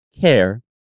care